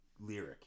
lyric